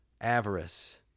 avarice